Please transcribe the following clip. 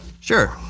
Sure